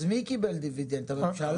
אז מי קיבל דיבידנד, הממשלה?